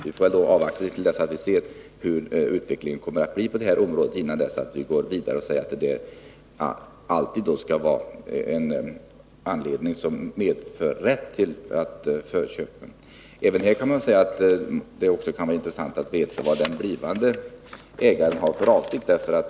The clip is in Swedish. Vi måste avvakta och se hur utvecklingen blir på detta område, innan vi går vidare och förklarar att denna anledning alltid skall medge rätt till kommunalt förköp. Det kan också vara intressant att veta vilka avsikter den blivande ägaren har.